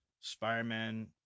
Spider-Man